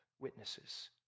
witnesses